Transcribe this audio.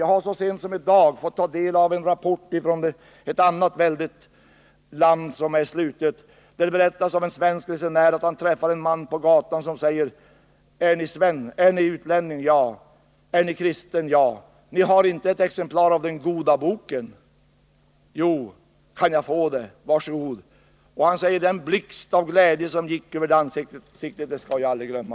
Jag har så sent som i dag fått ta del av en rapport om ett annat väldigt land som är slutet. Där berättas om en svensk resenär som träffar en man på gatan som säger: — Är ni utlänning? —- Är ni kristen? — Ni har inte ett exemplar av den goda boken? - Jo. Kan jag få den? Var så god! Denne resenär säger att den blixt av glädje som gick över det ansiktet skall han aldrig glömma.